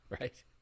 Right